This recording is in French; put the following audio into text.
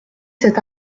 cet